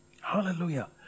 Hallelujah